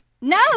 No